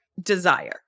desire